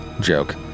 joke